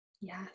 Yes